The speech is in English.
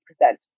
present